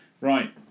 Right